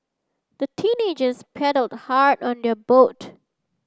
the teenagers paddled hard on their boat